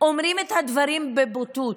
אומרים את הדברים בבוטות.